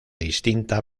distinta